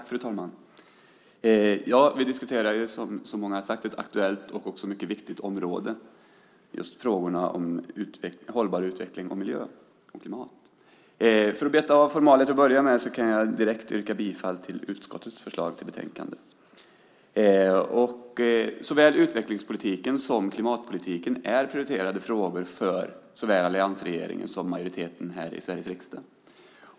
Fru talman! Vi diskuterar som så många har sagt ett aktuellt och mycket viktigt område, nämligen frågorna om hållbar utveckling, miljö och klimat. För att börja med att beta av formalia kan jag direkt yrka bifall till utskottets förslag i betänkandet. Utvecklingspolitiken och klimatpolitiken är prioriterade frågor för såväl alliansregeringen som majoriteten här i Sveriges riksdag.